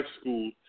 School